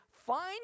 find